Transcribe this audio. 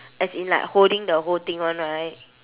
as in like holding the whole thing one right